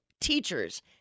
teachers